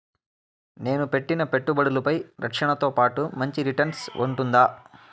నేను పెట్టిన పెట్టుబడులపై రక్షణతో పాటు మంచి రిటర్న్స్ ఉంటుందా?